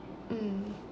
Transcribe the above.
mm